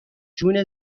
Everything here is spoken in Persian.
جون